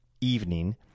evening